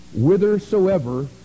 whithersoever